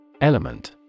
Element